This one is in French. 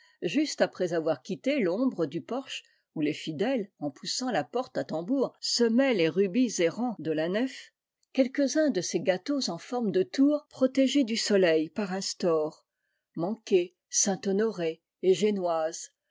juste après avoir quitté l'ombre du porche où les fidèles en poussant la porte à tambour semaient les rubis errants de la nef quelques-uns de cesgâteaux en forme de tours protégés du soleil par un store manqués saint honorés et gênoises